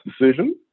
decision